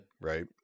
right